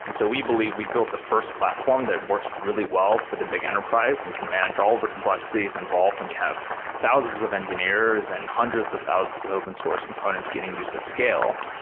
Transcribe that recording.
and so we believe we've built the first platform that works really well for the big enterprise and can manage all of the complexities involved when you have thousands of engineers and hundreds of thousands of open source components getting used at scale.